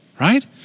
right